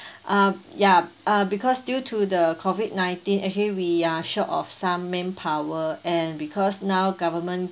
uh ya uh because due to the COVID nineteen actually we are short of some manpower and because now government